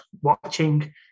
watching